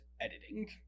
editing